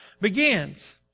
begins